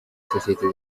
sosiyete